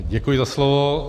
Děkuji za slovo.